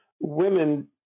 women